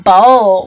Bowl